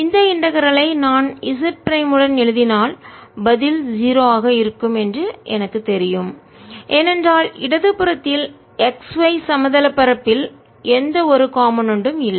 இந்த இன்டகரல் ஐ ஒருங்கிணைத்து நான் z பிரைம் உடன் எழுதினால் பதில் 0 ஆக இருக்கும் என்று எனக்குத் தெரியும் ஏனென்றால் இடது புறத்தில் x y சமதள பரப்பு தட்டையான பரப்பு ல் எந்த ஒரு காம்போனன்ட் ம் கூறுகளும் இல்லை